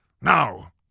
Now